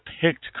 picked